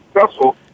successful